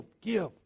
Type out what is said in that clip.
give